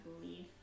believe